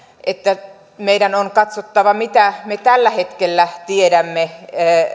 että meidän on katsottava mitä me tällä hetkellä tiedämme